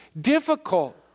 difficult